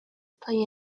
play